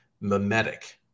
mimetic